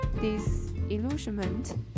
disillusionment